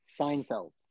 Seinfeld